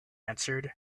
answered